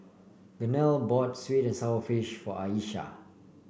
Gaynell bought sweet and sour fish for Ayesha